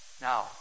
Now